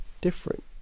different